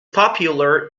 popular